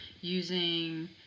using